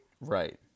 Right